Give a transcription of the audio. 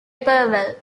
powell